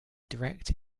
direct